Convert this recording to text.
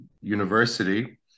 university